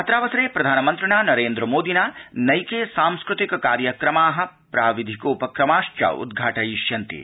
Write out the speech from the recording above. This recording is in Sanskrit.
अत्रावसरे प्रधानमन्त्रिणा नरेन्द्र मोदिना नैके सांस्कृतिक कार्यक्रमा प्राविधिकोपक्रमा च उद्घाटविष्यन्ते